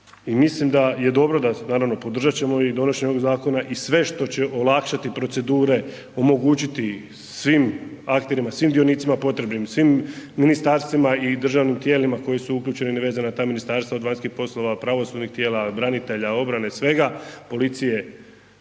mislim da je dobro, naravno podržat ćemo i donošenje ovog zakona i sve što ćemo olakšati procedure, omogućiti svim akterima, svim dionicima potrebnim svim ministarstvima i državnim tijelima koji su uključeni na vezana na ta ministarstva od vanjskih poslova, pravosudna tijela, branitelja, obrane, svega, policije,